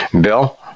Bill